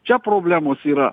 čia problemos yra